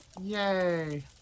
Yay